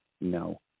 No